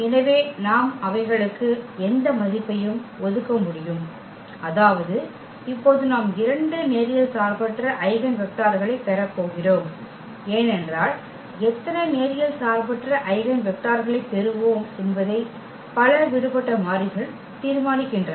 எனவே நாம் அவைகளுக்கு எந்த மதிப்பையும் ஒதுக்க முடியும் அதாவது இப்போது நாம் இரண்டு நேரியல் சார்பற்ற ஐகென் வெக்டர்களைப் பெறப்போகிறோம் ஏனென்றால் எத்தனை நேரியல் சார்பற்ற ஐகென் வெக்டர்களைப் பெறுவோம் என்பதை பல விடுபட்ட மாறிகள் தீர்மானிக்கின்றன